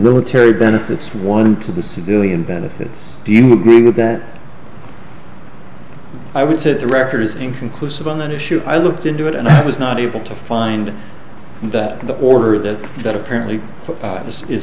military benefits one into the civilian benefits do you agree with that i would set the record as inconclusive on that issue i looked into it and i was not able to find that the order that that apparently is